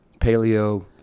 paleo